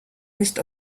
nicht